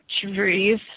trees